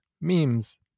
memes